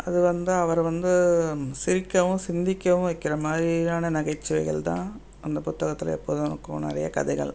அது வந்து அவர் வந்து சிரிக்கவும் சிந்திக்கவும் வைக்கிற மாதிரியான நகைச்சுவைகள் தான் அந்த புத்தகத்தில் எப்போதும் இருக்கும் நிறையா கதைகள்